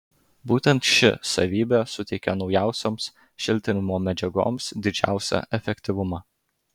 būtent ši savybė suteikia naujausioms šiltinimo medžiagoms didžiausią efektyvumą